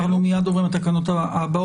אנחנו מיד עוברים לתקנות הבאות.